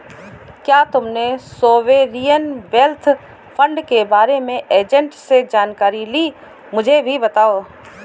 क्या तुमने sovereign wealth fund के बारे में एजेंट से जानकारी ली, मुझे भी बताओ